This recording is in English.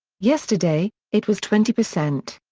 yesterday it was twenty percent.